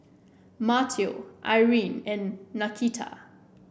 Matteo Irene and Nakita